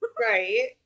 Right